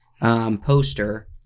Poster